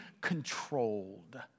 controlled